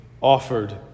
offered